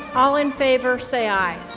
all in favor, say aye